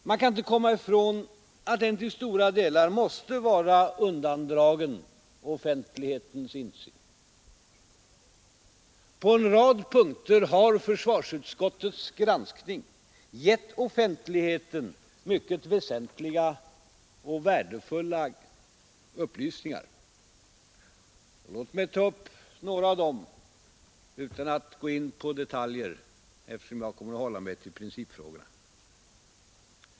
Man kan inte komma ifrån att den till stora delar måste vara undandragen offentlighetens insyn. På en rad punkter har försvarsutskottets granskning givit offentligheten mycket väsentliga och värdefulla upplysningar. Låt mig ta upp några av dem utan att gå in på detaljer, eftersom jag kommer att hålla mig till principfrågorna.